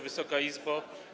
Wysoka Izbo!